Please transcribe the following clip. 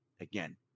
again